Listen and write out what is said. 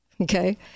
Okay